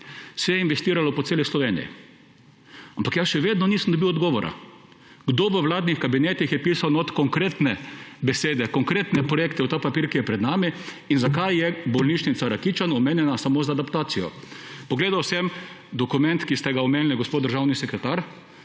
se je investiralo po celi Sloveniji, ampak jaz še vedno nisem dobil odgovora, kdo v vladnih kabinetih je pisal notri konkretne besede, konkretne projekte v ta papir, ki je pred nami; in zakaj je bolnišnica Rakičan omenjena samo za adaptacijo. Pogledal sem dokument, ki ste ga omenili, gospod državni sekretar,